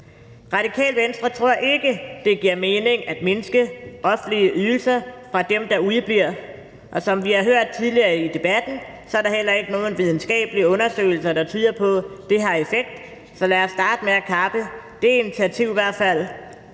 Radikale Venstre tror ikke, det giver mening at mindske offentlige ydelser til dem, der udebliver, og som vi har hørt tidligere i debatten, er der heller ikke nogen videnskabelige undersøgelser, der tyder på, at det har effekt. Så lad os starte med at kappe det initiativ i hvert fald.